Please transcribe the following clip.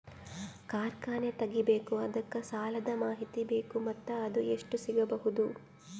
ಕಾರ್ಖಾನೆ ತಗಿಬೇಕು ಅದಕ್ಕ ಸಾಲಾದ ಮಾಹಿತಿ ಬೇಕು ಮತ್ತ ಅದು ಎಷ್ಟು ಸಿಗಬಹುದು?